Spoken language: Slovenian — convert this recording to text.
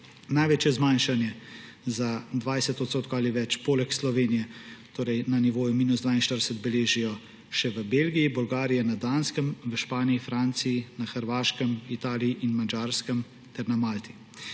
Največje zmanjšanje za 20 % ali več poleg Slovenije, torej na nivoju minus 42 beležijo še v Belgiji, Bolgariji, na Danskem, v Španiji, Franciji, na Hrvaškem, Italiji in Madžarskem ter na Malti.